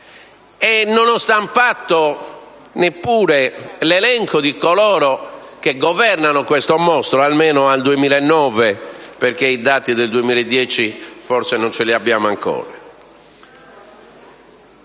Non ho stampato neppure l'elenco di coloro che governano questo mostro, almeno al 2009 (i dati del 2010, infatti, forse non li abbiamo ancora).